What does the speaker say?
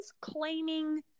claiming